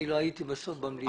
אני לא הייתי בסוף המליאה.